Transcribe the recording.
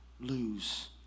lose